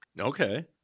Okay